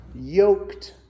yoked